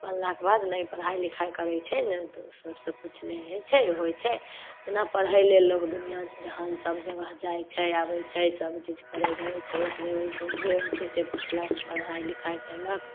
बनलाके बाद नहि पढ़ाइ लिखाइ करै छै नहि ओसबसँ किछु नहि हइ छै होइ छै जेना पढ़ै लेल लोक दुनिआ जहान सब जगह जाइ छै आबै छै सबचीज करै धरै छै ओहिसँ नहि भेल तऽ हुनके हुनकेसे पुछलक से पढ़ाइ लिखाइ कएलक